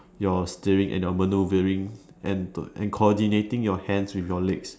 your steering and you maneuvering and and coordinating your hands with your legs